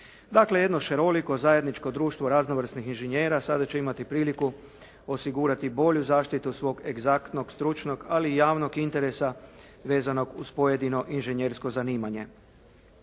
Dakle, jedno šaroliko, zajedničko društvo raznovrsnih inženjera sada će imati priliku osigurati bolju zaštitu svog egzaktnog, stručnog ali i javnog interesa vezanog uz pojedino inženjersko zanimanje.